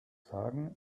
sagen